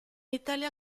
italia